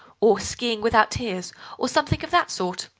or skiing without tears or something of that sort.